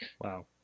Wow